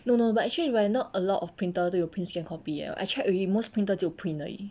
no no but actually right not a lot of printer 都有 print scan copy eh I check already most printer 只有 print 而已